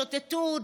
שוטטות,